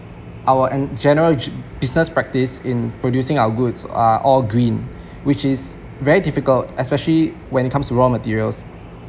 our en~ general g~ business practise in producing our goods are all green which is very difficult especially when it comes to raw materials